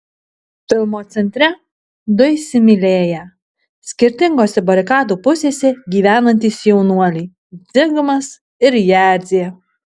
filmo centre du įsimylėję skirtingose barikadų pusėse gyvenantys jaunuoliai zigmas ir jadzė